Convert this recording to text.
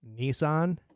Nissan